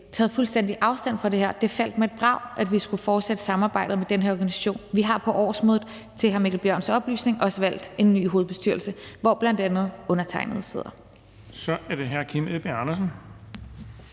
taget fuldstændig afstand fra det her. Det faldt med et brag, at vi skulle fortsætte samarbejdet med den her organisation. Vi har på årsmødet, til hr. Mikkel Bjørns oplysning, også valgt en ny hovedbestyrelse, hvor bl.a. undertegnede sidder. Kl. 11:24 Den fg. formand